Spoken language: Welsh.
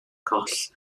goll